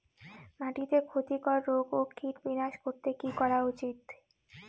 মাটিতে ক্ষতি কর রোগ ও কীট বিনাশ করতে কি করা উচিৎ?